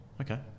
Okay